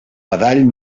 badall